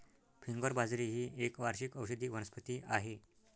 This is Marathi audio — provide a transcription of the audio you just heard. फिंगर बाजरी ही एक वार्षिक औषधी वनस्पती आहे